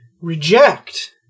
reject